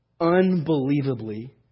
unbelievably